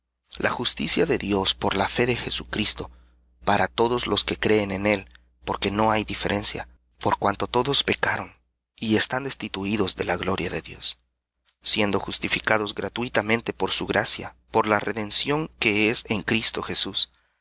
la justicia de dios por la fe de jesucristo para todos los que creen en él porque no hay diferencia por cuanto todos pecaron y están distituídos de la gloria de dios siendo justificados gratuitamente por su gracia por la redención que es en cristo jesús